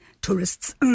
tourists